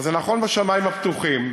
זה נכון בשמים הפתוחים